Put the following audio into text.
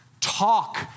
talk